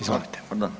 Izvolite.